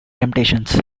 temptations